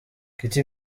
katy